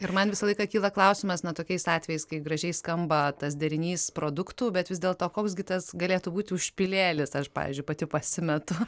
ir man visą laiką kyla klausimas na tokiais atvejais kai gražiai skamba tas derinys produktų bet vis dėlto koks gi tas galėtų būti užpilėlis aš pavyzdžiui pati pasimetu